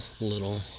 little